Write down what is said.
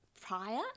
Prior